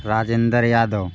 Rajendra Yadav